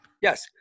Yes